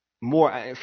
more